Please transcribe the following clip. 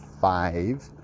Five